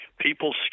people